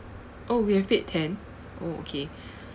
oh we have paid ten oh okay